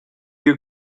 you